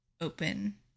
open